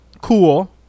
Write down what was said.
cool